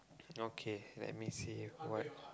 okay let me see you what